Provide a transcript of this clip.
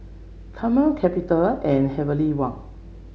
Camel Capital and Heavenly Wang